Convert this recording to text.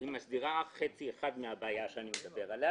היא מסדירה חצי אחד מן הבעיה שאני מדבר עליה,